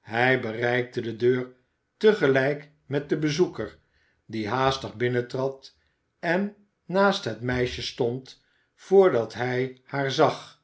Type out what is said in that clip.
hij bereikte de deur te gelijk met den bezoeker die haastig binnentrad en naast het meisje stond voordat hij haar zag